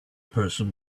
person